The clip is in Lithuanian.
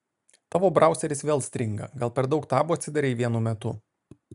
tavo brauseris vėl stringa gal per daug tabų atsidarei vienu metu